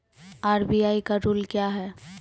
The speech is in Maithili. आर.बी.आई का रुल क्या हैं?